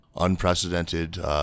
unprecedented